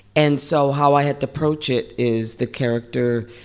and so how i had to approach it is the character,